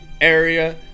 area